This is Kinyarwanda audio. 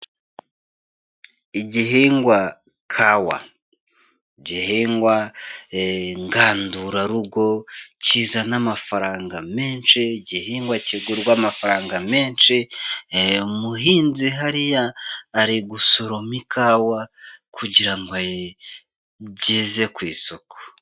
Igihingwa kawa igihingwa ngandurarugo kizana amafaranga menshi, igihingwa kigurwa amafaranga menshi umuhinzi hariya ari gusoroma ikawa kugira ngo ayigeze ku isoko.